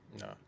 no